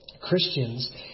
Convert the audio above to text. Christians